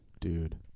Dude